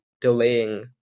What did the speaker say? delaying